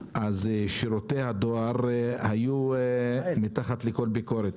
אז שירותי הדואר היו מתחת לכל ביקורת.